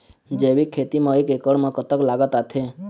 जैविक खेती म एक एकड़ म कतक लागत आथे?